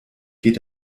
geht